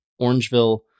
Orangeville